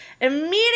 immediately